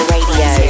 Radio